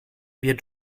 wir